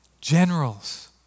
generals